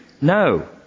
No